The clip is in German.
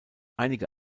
einige